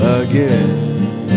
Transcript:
again